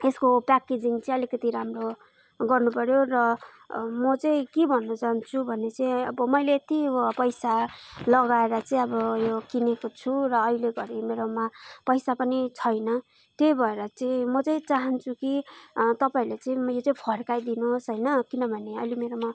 यसको प्याकेजिङ चाहिँ अलिकति राम्रो गर्नु पऱ्यो र म चाहिँ के भन्नु चाहान्छु भने चाहिँ अब मैले यति पैसा लगाएर चाहिँ अब यो किनेको छु र अहिले घडी मेरोमा पैसा पनि छैन त्यही भएर चाहिँ म चाहिँ चाहान्छु कि तपाईँहरूले चाहिँ यो चाहिँ फर्काइदिनुहोस् होइन किनभने अहिले मेरोमा